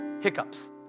hiccups